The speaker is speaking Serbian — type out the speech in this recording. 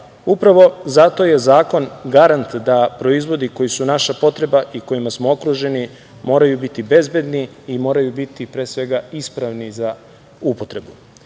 zato je zakon garant da proizvodi koji su naša potreba i kojima smo okruženi moraju biti bezbedni i moraju biti, pre svega, ispravni za upotrebu,